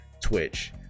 Twitch